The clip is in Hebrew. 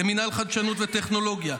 למינהל חדשנות וטכנולוגיה,